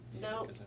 No